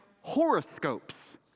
horoscopes